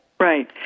Right